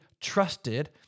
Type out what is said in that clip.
trusted